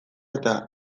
eta